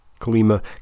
Kalima